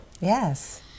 Yes